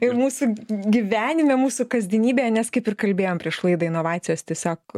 ir mūsų gyvenime mūsų kasdienybėje nes kaip ir kalbėjom prieš laidą inovacijos tiesiog